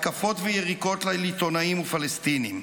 התקפות ויריקות על עיתונאים ופלסטינים.